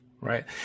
Right